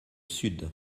sud